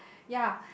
ya